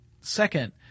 second